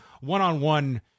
one-on-one